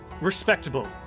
Respectable